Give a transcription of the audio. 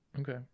okay